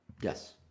Yes